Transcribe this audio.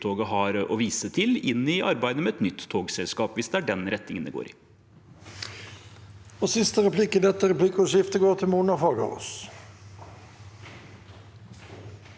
har å vise til, inn i arbeidet med et nytt togselskap – hvis det er den retningen det går i.